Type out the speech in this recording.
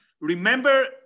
Remember